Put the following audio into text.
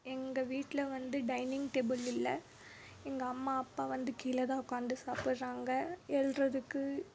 எங்கள் வீட்டில் வந்து டைனிங் டேபுள் இல்லை எங்கள் அம்மா அப்பா வந்து கீழே தான் உட்காந்து சாப்பிடுறாங்க எழுதுகிறதுக்கு